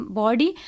body